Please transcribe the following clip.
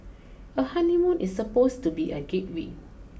a honeymoon is supposed to be a gateway